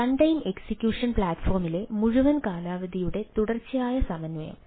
runtime execution പ്ലാറ്റ്ഫോമിലെ മുഴുവൻ കാലാവധിയുടെ തുടർച്ചയായ സമന്വയം